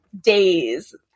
days